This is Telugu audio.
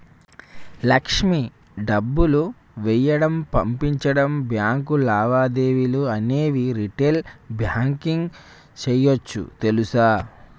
లక్ష్మి డబ్బులు వేయడం, పంపించడం, బాంకు లావాదేవీలు అనేవి రిటైల్ బాంకింగ్ సేయోచ్చు తెలుసా